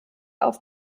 auf